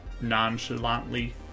nonchalantly